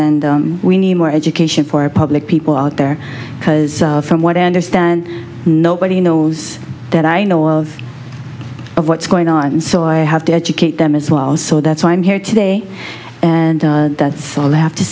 and we need more education for our public people out there because from what i understand nobody knows that i know of what's going on so i have to educate them as well so that's why i'm here today and that's all i have to